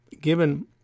given